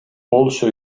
also